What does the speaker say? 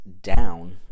down